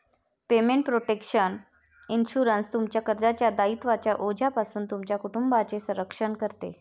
payment protection insurance, तुमच्या कर्जाच्या दायित्वांच्या ओझ्यापासून तुमच्या कुटुंबाचे रक्षण करते